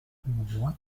what